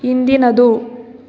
ಹಿಂದಿನದು